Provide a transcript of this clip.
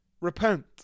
Repent